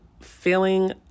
feeling